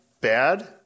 bad